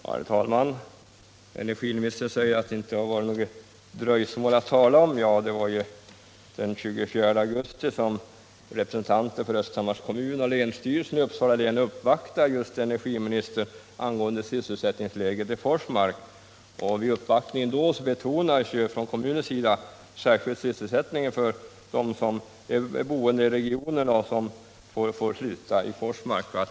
Herr talman! Energiministern säger att det inte har varit något dröjsmål att tala om. Men den 24 augusti uppvaktade representanter för Östhammars kommun och länsstyrelsen i Uppsala län energiministern angående sysselsättningsläget i Forsmark. Vid den uppvaktningen betonades från kommunens sida särskilt sysselsättningen för de boende i regionen som får sluta i Forsmark.